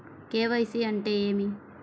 KYC అంటే ఏమి?